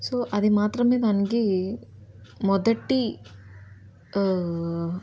so అది మాత్రమే దానికి మొదటి